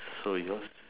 so yours